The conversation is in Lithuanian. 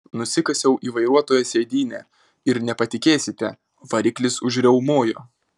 nusikasiau į vairuotojo sėdynę ir nepatikėsite variklis užriaumojo